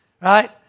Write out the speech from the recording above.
right